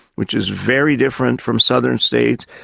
which is very different from southern states,